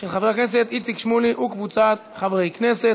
של חבר הכנסת איציק שמולי וקבוצת חברי הכנסת.